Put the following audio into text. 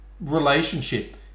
relationship